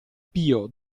pio